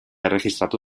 erregistratu